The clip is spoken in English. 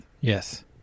Yes